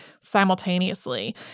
simultaneously